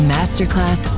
Masterclass